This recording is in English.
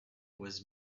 was